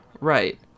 right